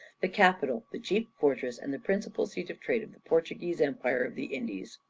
the capital, the chief fortress, and the principal seat of trade of the portuguese empire of the indies.